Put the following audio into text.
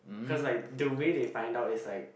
cause like the way they find out is like